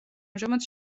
ამჟამად